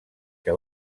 que